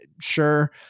sure